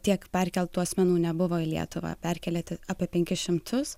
tiek perkeltų asmenų nebuvo į lietuvą perkelė apie penkis šimtus